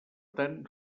tant